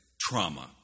trauma